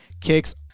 kicks